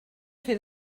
fer